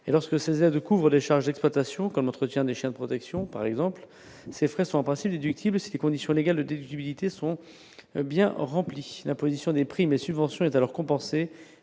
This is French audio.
et lorsque ces aides couvre charges exploitation comme l'entretien des chiens de protection par exemple l'ces frais sont en principe déductible, ces conditions légales d'éligibilité sont bien remplies, la imposition des primes et subventions est alors compensée